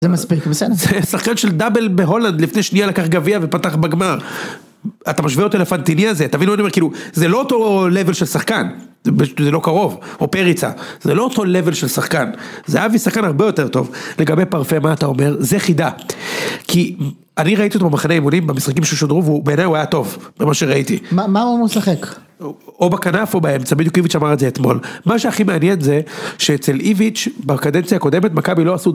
זה מספיק בסדר. זה שחקן של דאבל בהולנד, לפני שנייה לקח גביע ופתח בגמר. אתה משווה אותו לפנטיני הזה, אתה מבין מה אני אומר כאילו? זה לא אותו level של שחקן, זה לא קרוב. או פריצה. זה לא אותו level של שחקן, זה אבי שחקן הרבה יותר טוב. לגבי פרפה, מה אתה אומר? זה חידה. כי אני ראיתי אותו במחנה אימונים, במשחקים ששודרו והוא בעיני היה טוב. ממה שראיתי. מה הוא משחק? או בכנף או באמצע, בדיוק איוויץ' אמר את זה אתמול. מה שהכי מעניין זה שאצל איוויץ' בקדנציה הקודמת מכבי לא עשו דבר.